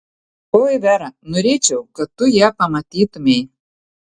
oi vera norėčiau kad tu ją pamatytumei